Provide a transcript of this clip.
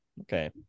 Okay